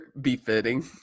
befitting